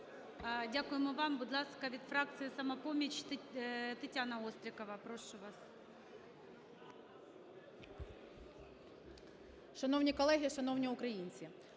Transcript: Дякуємо вам. Будь ласка, від фракції "Самопоміч" Тетяна Острікова, прошу вас.